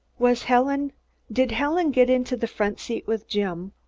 was helen did helen get into the front seat with jim?